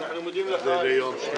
הישיבה ננעלה בשעה 11:54.